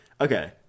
Okay